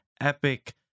epic